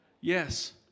Yes